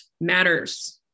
matters